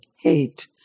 hate